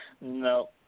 No